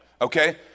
Okay